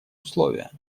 условия